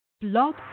Blog